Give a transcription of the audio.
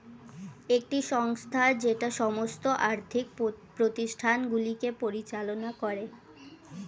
একটি সংস্থা যেটা সমস্ত আর্থিক প্রতিষ্ঠানগুলিকে পরিচালনা করে